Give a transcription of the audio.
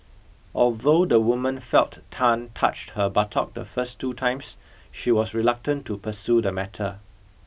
although the woman felt Tan touched her buttock the first two times she was reluctant to pursue the matter